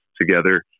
together